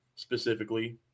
specifically